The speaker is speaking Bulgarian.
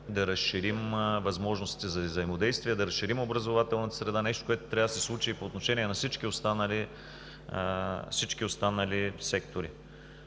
да разширим възможностите за взаимодействие, да разширим образователната среда – нещо, което трябва да се случи и по отношение на всички останали сектори.